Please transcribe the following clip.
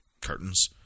curtains